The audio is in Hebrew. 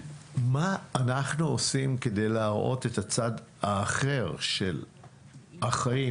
מה אנחנו עושים כדי להראות את הצד האחר של החיים,